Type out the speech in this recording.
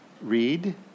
Read